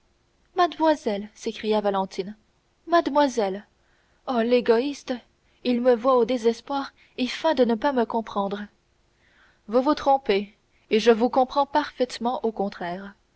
mademoiselle s'écria valentine mademoiselle oh l'égoïste il me voit au désespoir et feint de ne pas me comprendre vous vous trompez et je vous comprends parfaitement au contraire